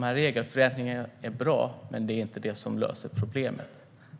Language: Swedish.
Regelförändringarna är bra, men det är inte det som löser problemet.